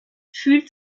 fühlt